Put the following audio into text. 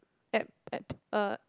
app app uh